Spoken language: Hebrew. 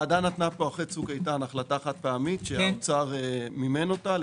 הממשלה נתנה אחרי צוק איתן החלטה חד פעמית שהאוצר מימן אותה.